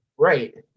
right